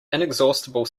inexhaustible